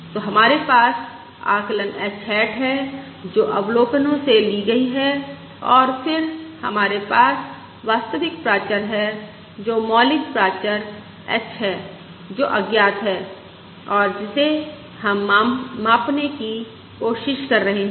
तो हमारे पास आकलन h हैट है जो अवलोकनों से ली गई है और फिर हमारे पास वास्तविक प्राचर है जो मौलिक प्राचर h है जो अज्ञात है और जिसे हम मापने की कोशिश कर रहे हैं